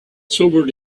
sobered